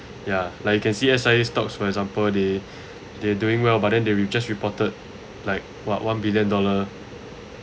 ya like you can see S_I_A stocks for example they they're doing well but then they just reported like what one billion dollar